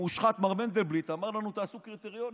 המושחת, מר מנדלבליט, ואמר לנו: תעשו קריטריונים.